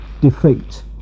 defeat